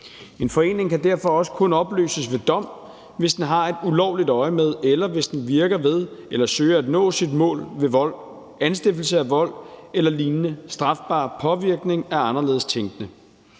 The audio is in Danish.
En forening kan derfor også kun opløses ved dom, hvis den har et ulovligt øjemed, eller hvis den virker ved eller søger at nå sit mål ved vold, anstiftelse af vold eller lignende strafbar påvirkning af anderledes tænkende.